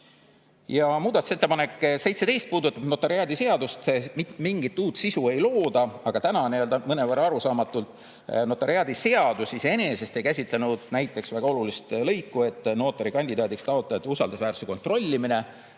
Muudatusettepanek nr 17 puudutab notariaadiseadust. Mitte mingit uut sisu ei looda, aga täna mõnevõrra arusaamatult notariaadiseadus iseenesest ei käsitlenud näiteks väga olulist lõiku, notarikandidaadiks taotleja usaldusväärsuse kontrollimist.